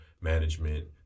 management